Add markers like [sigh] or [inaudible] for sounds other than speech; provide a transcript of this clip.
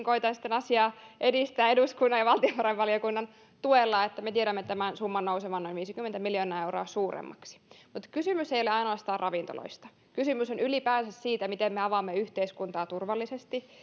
[unintelligible] koetan sitten asiaa edistää eduskunnan ja valtiovarainvaliokunnan tuella että me tiedämme tämän summan nousevan noin viisikymmentä miljoonaa euroa suuremmaksi mutta kysymys ei ole ainoastaan ravintoloista kysymys on ylipäänsä siitä miten me avaamme yhteiskuntaa turvallisesti